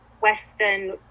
Western